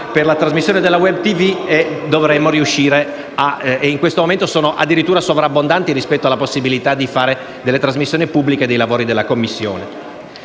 per la trasmissione della *web* tv e in questo momento sono addirittura sovrabbondanti rispetto alle possibilità di fare trasmissioni pubbliche dei lavori delle Commissioni.